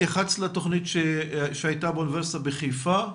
התייחסת לתוכנית שהייתה באוניברסיטה בחיפה.